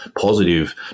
positive